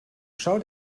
schau